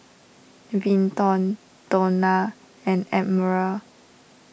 Vinton Donna and Admiral